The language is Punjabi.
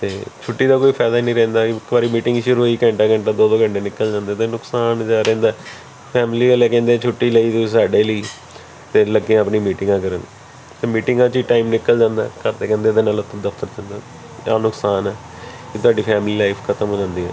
ਅਤੇ ਛੁੱਟੀ ਦਾ ਕੋਈ ਫਾਇਦਾ ਹੀ ਨਹੀਂ ਰਹਿੰਦਾ ਇੱਕ ਵਾਰੀ ਮੀਟਿੰਗ ਸ਼ੁਰੂ ਹੋਈ ਘੰਟਾ ਘੰਟਾ ਦੋ ਦੋ ਘੰਟੇ ਨਿਕਲ ਜਾਂਦੇ ਅਤੇ ਨੁਕਸਾਨ ਰਹਿੰਦਾ ਫੈਮਿਲੀ ਵਾਲੇ ਕਹਿੰਦੇ ਛੁੱਟੀ ਲਈ ਤੁਸੀਂ ਸਾਡੇ ਲਈ ਅਤੇ ਲੱਗੇ ਆਪਣੀ ਮੀਟਿੰਗਾਂ ਕਰਨ ਅਤੇ ਮੀਟਿੰਗਾਂ ਚ ਟਾਈਮ ਨਿਕਲ ਜਾਂਦਾ ਘਰਦੇ ਕਹਿੰਦੇ ਇਹਦੇ ਨਾਲੋਂ ਤੂੰ ਦਫਤਰ ਚਲ ਜਾਂਦਾ ਇਹਦਾ ਨੁਕਸਾਨ ਹੈ ਤੁਹਾਡੀ ਫੈਮਲੀ ਲਾਈਫ ਖਤਮ ਹੋ ਜਾਂਦੀ ਹੈ